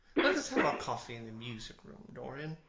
let us have our coffee in the music-room, dorian.